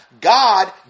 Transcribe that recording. God